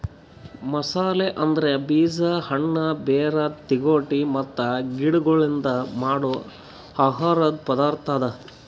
ಮಸಾಲೆ ಅಂದುರ್ ಬೀಜ, ಹಣ್ಣ, ಬೇರ್, ತಿಗೊಟ್ ಮತ್ತ ಗಿಡಗೊಳ್ಲಿಂದ್ ಮಾಡೋ ಆಹಾರದ್ ಪದಾರ್ಥ ಅದಾ